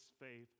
faith